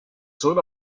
son